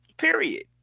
period